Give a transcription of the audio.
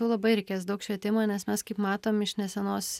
labai reikės daug švietimo nes mes kaip matom iš nesenos